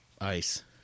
Ice